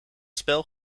spel